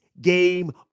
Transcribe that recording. game